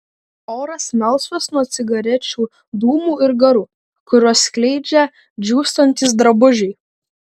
oras melsvas nuo cigarečių dūmų ir garų kuriuos skleidžia džiūstantys drabužiai